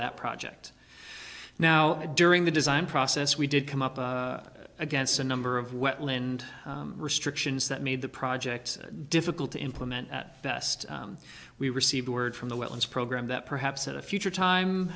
that project now during the design process we did come up against a number of wetland restrictions that made the project difficult to implement at best we received word from the weapons program that perhaps at a future time